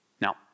Now